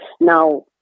Now